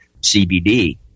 CBD